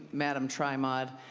madam tri-mod.